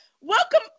Welcome